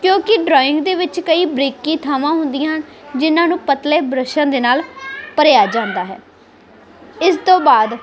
ਕਿਉਂਕਿ ਡਰਾਇੰਗ ਦੇ ਵਿੱਚ ਕਈ ਬਰੀਕੀ ਥਾਵਾਂ ਹੁੰਦੀਆਂ ਹਨ ਜਿਹਨਾਂ ਨੂੰ ਪਤਲੇ ਬ੍ਰਸ਼ਾਂ ਦੇ ਨਾਲ ਭਰਿਆ ਜਾਂਦਾ ਹੈ ਇਸ ਤੋਂ ਬਾਅਦ